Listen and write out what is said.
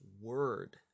word